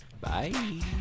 Bye